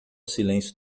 silêncio